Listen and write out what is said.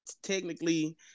technically